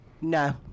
No